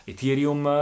Ethereum